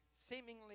Seemingly